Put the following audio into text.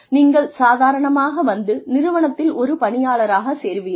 நீங்கள் சாதாரணமாக வந்து நிறுவனத்தில் ஒரு பணியாளராகச் சேருவீர்கள்